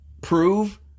prove